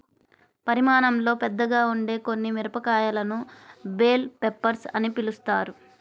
పరిమాణంలో పెద్దగా ఉండే కొన్ని మిరపకాయలను బెల్ పెప్పర్స్ అని పిలుస్తారు